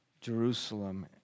Jerusalem